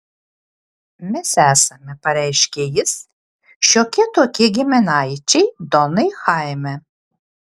mes esame pareiškė jis šiokie tokie giminaičiai donai chaime